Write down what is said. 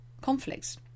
conflicts